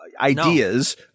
ideas